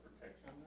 protection